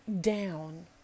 down